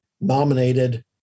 nominated